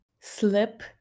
slip